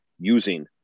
using